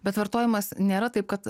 bet vartojimas nėra taip kad